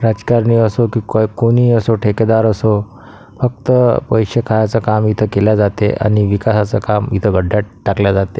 राजकारणी असो की काय कोणी असो ठेकेदार असो फक्त पैसे खायचं काम इथं केल्या जाते आणि विखाहास काम इथं वढ्ढ्यात टाकल्या जाते